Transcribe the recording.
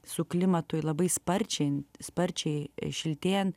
su klimatui labai sparčiai sparčiai šiltėjant